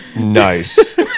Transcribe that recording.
nice